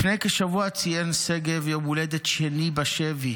לפני כשבוע ציין שגב יום הולדת שני בשבי.